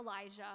Elijah